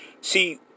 See